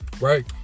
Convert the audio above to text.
Right